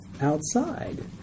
outside